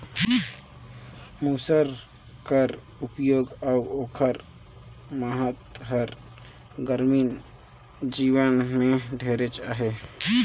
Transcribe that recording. मूसर कर परियोग अउ ओकर महत हर गरामीन जीवन में ढेरेच अहे